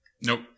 Nope